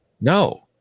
No